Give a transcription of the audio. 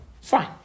Fine